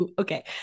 okay